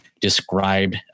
described